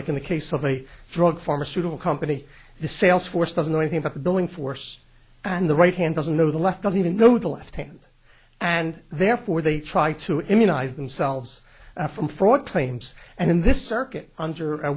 like in the case of a drug pharmaceutical company the sales force doesn't know anything about the billing force and the right hand doesn't know the left doesn't even know the left hand and therefore they try to immunize themselves from fraud claims and in this circuit under